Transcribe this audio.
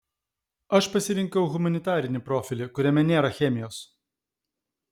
aš pasirinkau humanitarinį profilį kuriame nėra chemijos